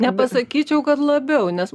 nepasakyčiau kad labiau nes